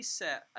set